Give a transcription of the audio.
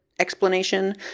explanation